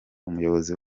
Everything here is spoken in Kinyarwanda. umuyobozi